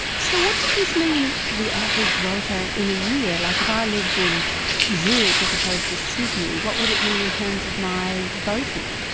so what does this mean for the average voter in a year? like if i lived in zurich as opposed to sydney, what would it means in terms of my voting?